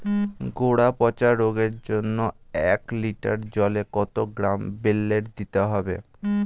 গোড়া পচা রোগের জন্য এক লিটার জলে কত গ্রাম বেল্লের দিতে হবে?